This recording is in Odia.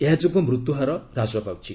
ଏହାଯୋଗୁଁ ମୃତ୍ୟୁହାର ହ୍ରାସ ପାଉଛି